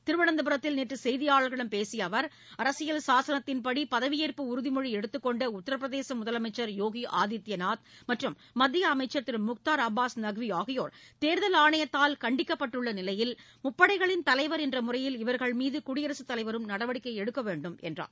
திருவனந்தபுரத்தில் நேற்று செய்தியாளர்களிடம் பேசிய அவர் அரசியல் சாசனத்தின்படி பதவியேற்பு உறுதிமொழி எடுத்துக்கொண்ட உத்திரபிரதேச முதலமைச்சர் யோகி ஆதித்யநாத் மற்றும் மத்திய அமைச்சன் திரு முக்தாா் அப்பாஸ் நக்வி ஆகியோா் தேர்தல் ஆணையத்தால் கண்டிக்கப்பட்டுள்ள நிலையில் முப்படைகளின் தலைவர் என்ற முறையில் இவர்கள் மீது குடியரசுத் தலைவரும் நடவடிக்கை எடுக்க வேண்டும் என்றார்